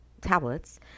tablets